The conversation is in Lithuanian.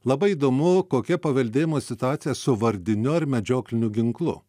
labai įdomu kokia paveldėjimo situacija su vardiniu ar medžiokliniu ginklu